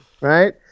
right